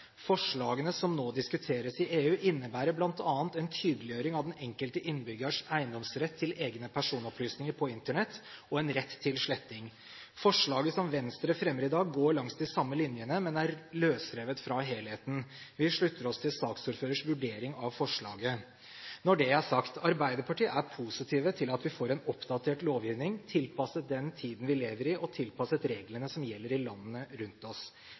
Forslagene som nå diskuteres i EU, innebærer bl.a. en tydeliggjøring av den enkelte innbyggers eiendomsrett til egne personopplysninger på Internett og en rett til sletting. Forslaget som Venstre fremmer i dag, går langs de samme linjene, men er løsrevet fra helheten. Vi slutter oss til saksordførerens vurdering av forslaget. Når det er sagt: Arbeiderpartiet er positiv til at vi får en oppdatert lovgivning, tilpasset den tiden vi lever i, og tilpasset reglene som gjelder i landene rundt oss.